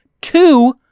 two